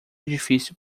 edifício